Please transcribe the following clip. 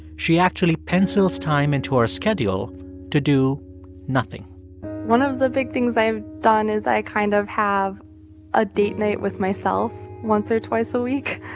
she actually pencils time into her schedule to do nothing one of the big things i've done is i kind of have a date night with myself once or twice a week,